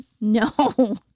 No